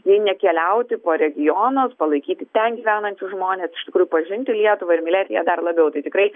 jei nekeliauti po regionus palaikyti ten gyvenančius žmones iš tikrųjų pažinti lietuvą ir mylėti ją dar labiau tai tikrai